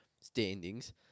standings